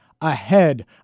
ahead